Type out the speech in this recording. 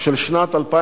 של שנת 2011